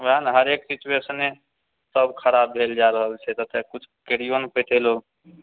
वएह ने हरेक सिचुएशने सब खराब भेल जा रहल छै कत्तौ कुछ करियो नहि पाबै छै लोक